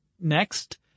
next